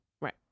Right